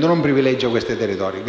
non privilegia detti territori .